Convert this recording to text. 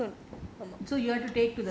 uh